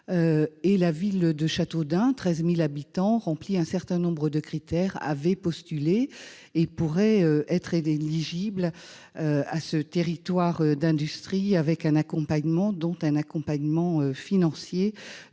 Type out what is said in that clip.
Or la ville de Châteaudun, 13 000 habitants, qui remplit un certain nombre de critères, avait postulé. Elle pourrait être éligible à ce dispositif, qui bénéficiera d'un accompagnement, dont un accompagnement financier